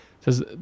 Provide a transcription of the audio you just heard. says